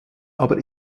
aber